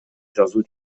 жазуу